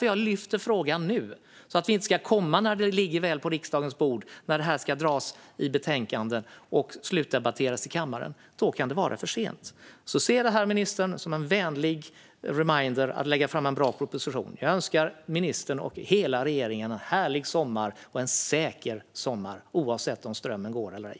Jag tar upp frågan nu så att vi inte ska komma när den väl ligger på riksdagens bord för att behandlas i ett betänkande och sedan slutdebatteras i kammaren. Då kan det vara för sent. Se därför detta som en vänlig reminder om att lägga fram en bra proposition, ministern. Jag önskar ministern och hela regeringen en härlig och säker sommar, oavsett om strömmen går eller ej.